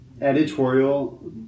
editorial